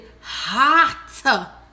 hot